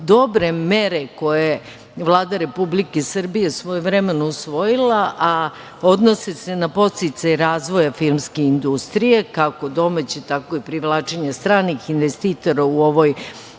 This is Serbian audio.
dobre mere koje Vlada Republike Srbije svojevremeno usvojila, a odnose se na podsticaj razvoja filmske industrije, kako domaće tako i privlačenje stranih investitora u ovoj